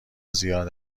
زیاد